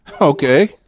Okay